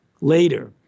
later